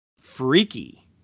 Freaky